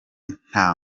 nta